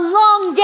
long